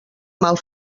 mal